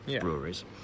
breweries